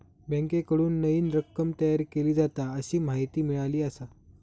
बँकेकडून नईन रक्कम तयार केली जाता, अशी माहिती मिळाली आसा